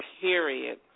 period